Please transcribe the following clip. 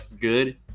good